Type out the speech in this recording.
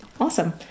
Awesome